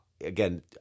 again